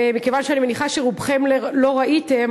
ומכיוון שאני מניחה שרובכם לא ראיתם,